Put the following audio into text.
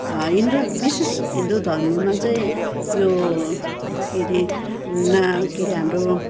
हिन्दू विशेष हिन्दू धर्ममा चाहिँ यो के अरे ना के अरे हाम्रो